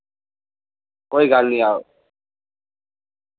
कोई गल्ल नि आओ